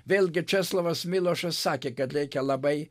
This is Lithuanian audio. vėlgi česlavas milošas sakė kad reikia labai